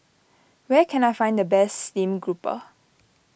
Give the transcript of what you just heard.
where can I find the best Steamed Grouper